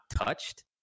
touched